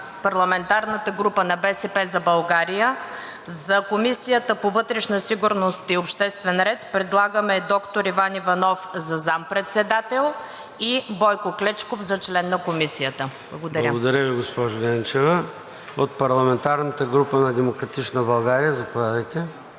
парламентарната група на „БСП за България“ за Комисията по вътрешна сигурност и обществен ред предлагаме доктор Иван Иванов за заместник-председател и Бойко Клечков за член на Комисията. Благодаря. ПРЕДСЕДАТЕЛ ЙОРДАН ЦОНЕВ: Благодаря Ви, госпожо Ненчева. От парламентарната група на „Демократична България“, заповядайте.